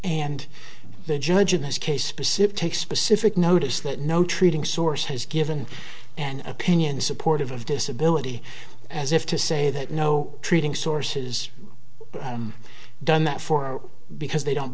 and the judge in this case specific specific notice that no treating source has given an opinion as supportive of disability as if to say that no treating source's done that for because they don't